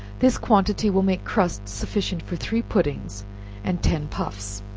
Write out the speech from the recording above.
this quantity will make crust sufficient for three puddings and ten puffs.